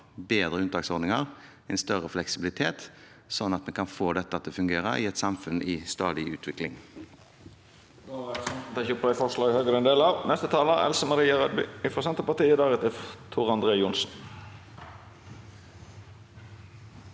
bedre unntaksordninger og større fleksibilitet, slik at vi kan få dette til å fungere i et samfunn i stadig utvikling.